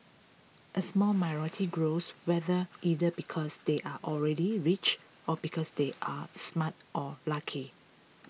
a small minority grows wealthier either because they are already rich or because they are smart or lucky